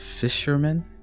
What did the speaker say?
fisherman